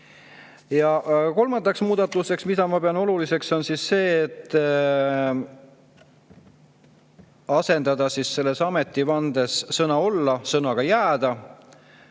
Kolmas muudatus, mida ma pean oluliseks, on see, et asendada selles ametivandes sõna "olla" sõnaga "jääda".